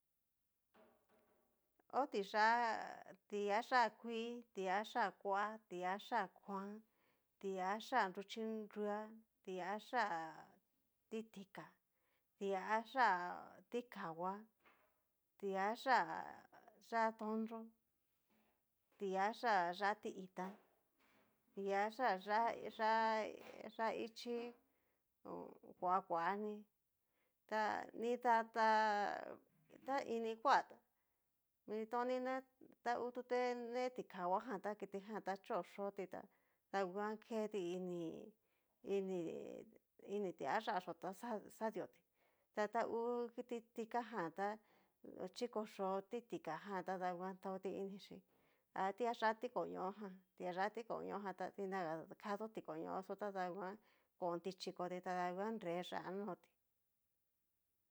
o tiyá tiayá kuii, ti ayá kua, ti ayá kuan, ti ayá nruchi nrua, tiayá ti tika, ti ayá tikangua, tiayá yá'a tonro, tiayá yá'a ti itá, tiayá yá yá ichí, kua kuani, ta nidata ta ini kuata mitoni ta ngu tute ne tikahuajan tá ktijan ta chó yóti yá, daguan keti ini ini ini tiayá yó ta xa xadioti ta tangu ti tika jan tá chiko yó ti tikajan tadanguan taotí inichí, a tiyá tikoño jan, tiyá tikoño jan ta dinaga kadón tikoñoxo tadangua kon tí chikoti danguan nre yá'a noti.